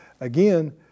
again